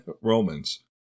Romans